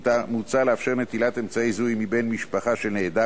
מוצע לאפשר נטילת אמצעי זיהוי מבן משפחה של נעדר,